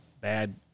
bad